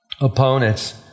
opponents